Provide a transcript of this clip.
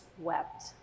wept